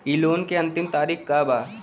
इ लोन के अन्तिम तारीख का बा?